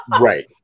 Right